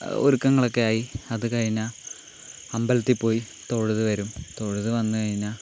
ഒരുക്കങ്ങളൊക്കെ ആയി അതുകഴിഞ്ഞാൽ അമ്പലത്തിൽ പോയി തൊഴുത് വരും തൊഴുത് വന്ന് കഴിഞ്ഞാൽ